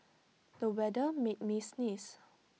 the weather made me sneeze